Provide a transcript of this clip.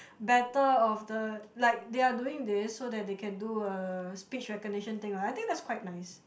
better of the like they are doing this so that they can do a speech recognition thing I think that's quite nice